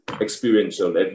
experiential